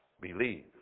believe